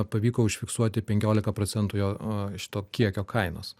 pavyko užfiksuoti penkiolika procentų jo a šito kiekio kainos